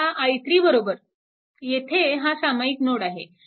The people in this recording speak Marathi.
आता i3 येथे हा सामायिक नोड आहे